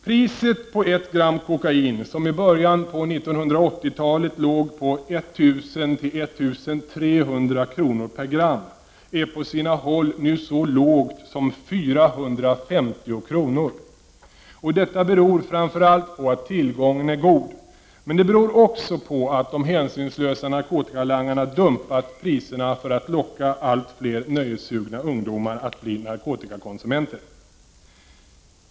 Priset på ett gram kokain, som i början av 1980-talet låg på 1000—1300 kr. per gram, är på sina håll nu så lågt som 450 kr. Detta beror framför allt på att tillgången är god, men det beror också på att de hänsynslösa narkotikalangarna dumpat priserna för att locka fler nöjessugna ungdomar att bli narkotikakonsumenter.